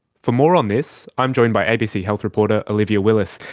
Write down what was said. for more on this, i'm joined by abc health reporter olivia willis.